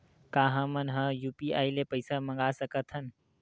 का हमन ह यू.पी.आई ले पईसा मंगा सकत हन?